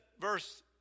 verse